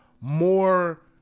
more